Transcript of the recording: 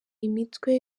imitwe